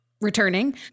returning